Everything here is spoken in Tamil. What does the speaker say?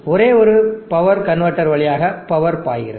ஒரே ஒரு பவர் கன்வெர்ட்டர் வழியாக பவர் பாய்கிறது